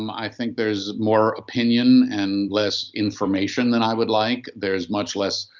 um i think there's more opinion and less information than i would like. there's much less,